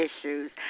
issues